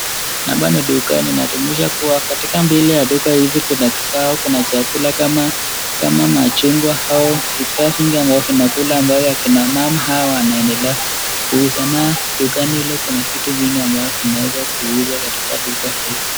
Hapa ni dukani, inadumisha kuwa katika mbele ya duka hizi, kuna kifaa, kuna chakula kama machungwa au vifaa vingine ambavyo vinakulwa ambayo kina mama wanaendelea kuuza, na dukani hilo kuna vitu vingi ambazo zinaweza kuuzwa katika duka hilo.